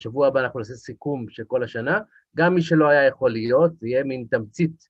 בשבוע הבא אנחנו נעשה סיכום של כל השנה, גם מי שלא היה יכול להיות, יהיה מין תמצית.